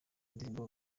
indirimbo